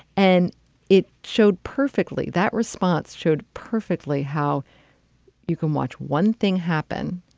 and it showed perfectly that response showed perfectly how you can watch one thing happen.